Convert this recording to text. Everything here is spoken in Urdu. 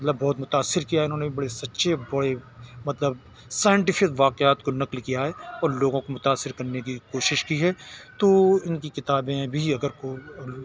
مطلب بہت متأثر کیا ہے انہوں نے بھی بڑے سچے مطلب سائنٹفک واقعات کو نقل کیا ہے اور لوگوں کو متأثر کرنے کی کوشش کی ہے تو ان کی کتابیں بھی اگر کوئی